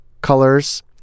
colors